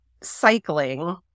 cycling